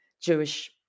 Jewish